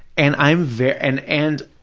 and i'm ver, and and,